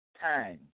time